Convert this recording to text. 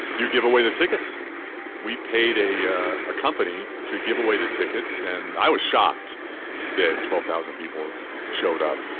you give away the tickets we paid a yeah ah company to give away the tickets and i was shocked that twelve thousand people showed up.